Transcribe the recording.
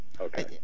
Okay